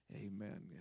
Amen